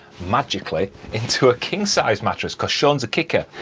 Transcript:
magically, into a king-size mattress, because shaun's a kicker.